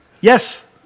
Yes